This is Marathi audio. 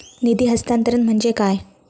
निधी हस्तांतरण म्हणजे काय?